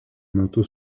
metu